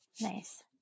Nice